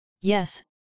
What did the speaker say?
Yes